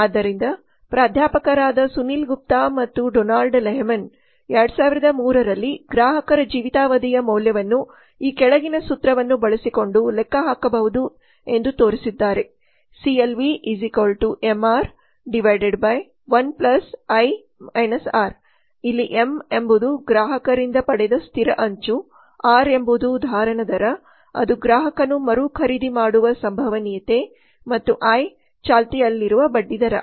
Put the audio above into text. ಆದ್ದರಿಂದ ಪ್ರಾಧ್ಯಾಪಕರಾದ ಸುನಿಲ್ ಗುಪ್ತಾ ಮತ್ತು ಡೊನಾಲ್ಡ್ ಲೆಹ್ಮನ್ 2003 ರಲ್ಲಿ ಗ್ರಾಹಕರ ಜೀವಿತಾವಧಿಯ ಮೌಲ್ಯವನ್ನು ಈ ಕೆಳಗಿನ ಸೂತ್ರವನ್ನು ಬಳಸಿಕೊಂಡು ಲೆಕ್ಕಹಾಕಬಹುದು ಎಂದು ತೋರಿಸಿದ್ದಾರೆ CLV mr 1 i r ಇಲ್ಲಿ m ಎಂಬುದು ಗ್ರಾಹಕರಿಂದ ಪಡೆದ ಸ್ಥಿರ ಅಂಚು r ಎಂಬುದು ಧಾರಣ ದರ ಅದು ಗ್ರಾಹಕನು ಮರುಖರೀದಿ ಮಾಡುವ ಸಂಭವನೀಯತೆ ಮತ್ತು i ಚಾಲ್ತಿಯಲ್ಲಿರುವ ಬಡ್ಡಿದರ